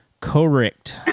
correct